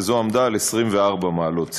והיא הייתה 24 מעלות צלזיוס.